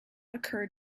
occurred